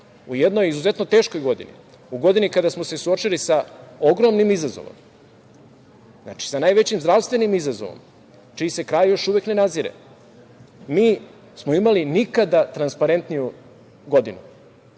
u jednoj izuzetno teškoj godini, u godini kada smo se suočili sa ogromnim izazovima, znači, sa najvećim zdravstvenim izazovom, čiji se kraj još uvek ne nazire, mi smo imali nikada transparentniju godinu